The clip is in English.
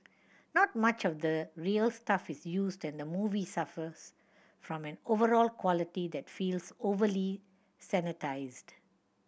not much of the real stuff is used and the movie suffers from an overall quality that feels overly sanitised